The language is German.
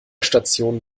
station